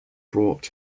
brought